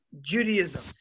judaism